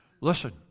Listen